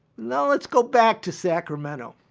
now let's go back to sacramento.